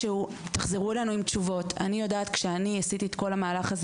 מתי תחזרו אלינו עם תשובות אני יודעת שכשאני עשיתי את כל המהלך הזה